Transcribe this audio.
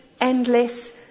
endless